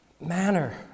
manner